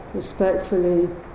respectfully